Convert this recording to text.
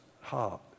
heart